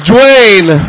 Dwayne